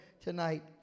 tonight